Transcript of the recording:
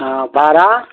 हँ भाड़ा